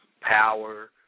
power